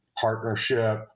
partnership